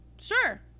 sure